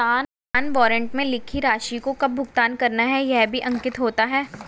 भुगतान वारन्ट में लिखी राशि को कब भुगतान करना है यह भी अंकित होता है